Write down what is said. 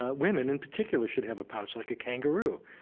ah women in particular should have a pouch like a kangaroo.